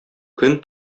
көн